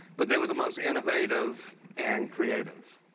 but they were the most innovative and creative.